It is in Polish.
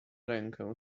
rękę